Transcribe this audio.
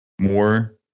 more